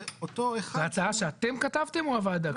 אותו אחד --- זאת הצעה שאתם כתבתם או הוועדה כתבה?